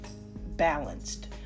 balanced